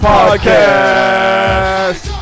Podcast